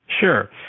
Sure